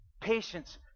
patience